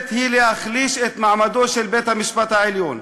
היא להחליש את מעמדו של בית-המשפט העליון?